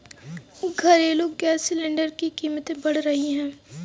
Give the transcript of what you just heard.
घरेलू gas cylinder की कीमतें बढ़ रही है